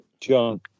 John